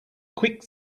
quick